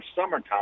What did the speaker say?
summertime